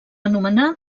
anomenar